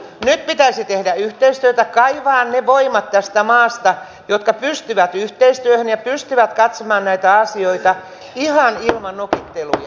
nyt pitäisi tehdä yhteistyötä kaivaa ne voimat tästä maasta jotka pystyvät yhteistyöhön ja pystyvät katsomaan näitä asioita ihan ilman nokitteluja